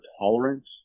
tolerance